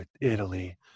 Italy